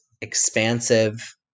expansive